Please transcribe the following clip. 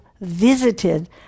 visited